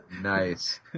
Nice